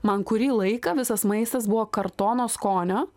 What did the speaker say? man kurį laiką visas maistas buvo kartono skonio